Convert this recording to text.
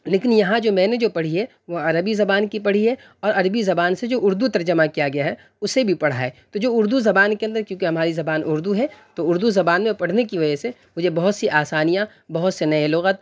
لیکن یہاں جو میں نے جو پڑھی ہے وہ عربی زبان کی پڑھی ہے اور عربی زبان سے جو اردو ترجمہ کیا گیا ہے اسے بھی پڑھا ہے تو جو اردو زبان کے اندر کیونکہ ہماری زبان اردو ہے تو اردو زبان میں پڑھنے کی وجہ سے مجھے بہت سی آسانیاں بہت سے نئے لغت